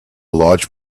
large